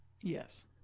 Yes